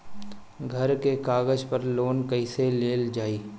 घर के कागज पर लोन कईसे लेल जाई?